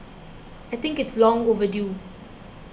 I think it's long overdue